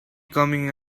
coming